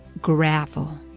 gravel